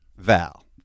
Val